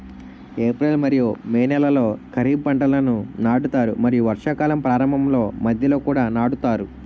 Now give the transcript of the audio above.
April మరియు May నెలలో ఖరీఫ్ పంటలను నాటుతారు మరియు వర్షాకాలం ప్రారంభంలో మధ్యలో కూడా నాటుతారు